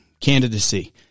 candidacy